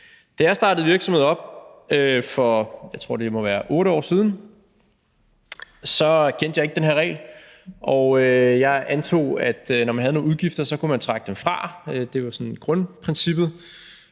Da jeg startede min virksomhed op for ca. 8 år siden, kendte jeg ikke den regel. Jeg antog, at når man havde nogle udgifter, så kunne man trække dem fra; at det sådan var grundprincippet.